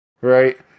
Right